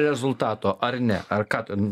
rezultato ar ne ar ką ten